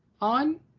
on